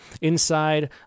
Inside